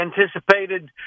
anticipated